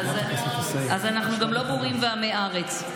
יצאתם בורים ועמי ארץ.